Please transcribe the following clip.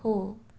हो